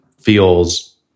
feels